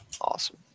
awesome